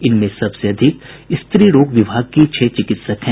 इसमें सबसे अधिक स्त्री रोग विभाग की छह चिकित्सक हैं